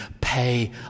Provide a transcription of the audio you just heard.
pay